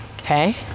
Okay